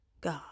God